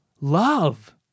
love